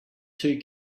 two